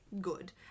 good